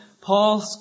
Paul